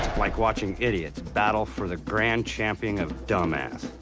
like watching idiots battle for the grand champion of dumb and